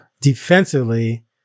defensively